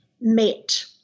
met